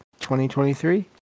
2023